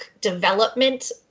development